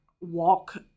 walk